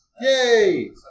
Yay